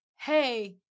hey